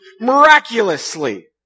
miraculously